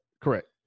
Correct